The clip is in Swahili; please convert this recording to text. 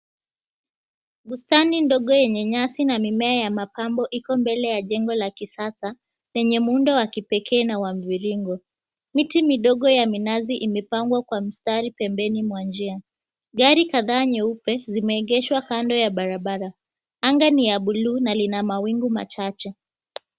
Bustani ndogo yenye nyasi na mimea ya mapambo ipo mbele ya jengo la kisasa lenye muundo wa kipekee na wa mviringo. Miti midogo ya minazi imepangwa kwa mstari pembeni mwa jengo. Gari kadhaa nyeupe zimeegeshwa kando ya barabara. Anga ni ya buluu na ina mawingu machache.